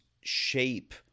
shape